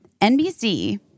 NBC